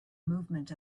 movement